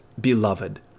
beloved